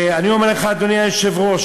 ואני אומר לך, אדוני היושב-ראש,